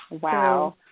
Wow